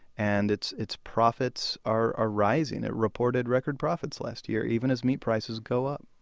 and its its profits are are rising. it reported record profits last year even as meat prices go up